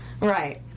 Right